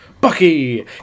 Bucky